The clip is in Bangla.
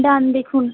ডান দেখুন